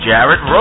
Jared